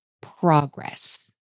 progress